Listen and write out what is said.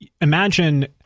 imagine